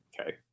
Okay